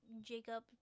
Jacob